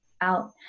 out